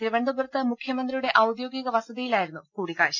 തിരുവനന്തപുരത്ത് മുഖ്യമന്ത്രിയുടെ ഔദ്യോഗിക വസതിയിലായിരുന്നു കൂടിക്കാഴ്ച